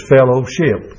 Fellowship